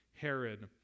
Herod